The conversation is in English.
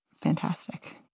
Fantastic